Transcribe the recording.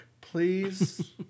please